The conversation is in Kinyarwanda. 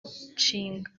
nshinga